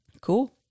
Cool